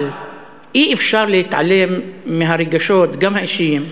אבל אי-אפשר להתעלם מהרגשות, גם האישיים,